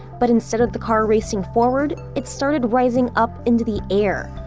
but instead of the car racing forward, it started rising up into the air.